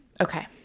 Okay